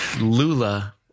Lula